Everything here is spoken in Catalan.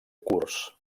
curs